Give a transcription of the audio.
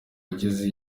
agize